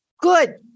Good